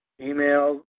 Email